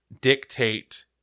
dictate